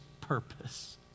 purpose